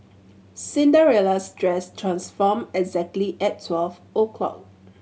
Cinderella's dress transformed exactly at twelve o'clock